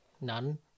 None